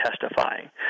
testifying